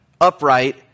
upright